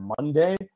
Monday